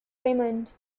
raymond